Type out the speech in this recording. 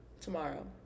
tomorrow